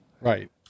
Right